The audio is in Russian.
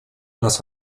нас